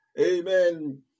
amen